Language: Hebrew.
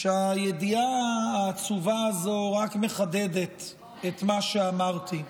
שהידיעה העצובה הזו רק מחדדת את מה שאמרתי.